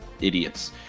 idiots